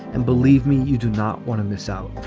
and believe me, you do not want to miss out.